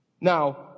Now